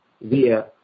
via